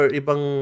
ibang